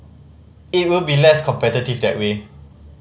it will be less competitive that way